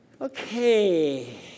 okay